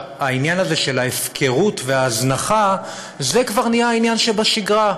העניין הזה של ההפקרות וההזנחה כבר נהיה עניין שבשגרה.